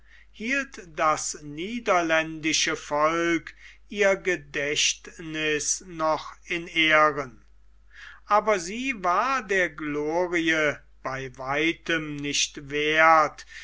hielt das niederländische volk ihr gedächtniß noch in ehren aber sie war der gloire bei weitem nicht werth